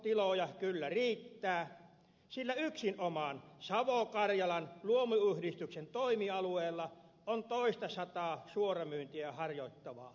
tuotantotiloja kyllä riittää sillä yksinomaan savo karjalan luomuyhdistyksen toimialueella on toistasataa suoramyyntiä harjoittavaa luomutilaa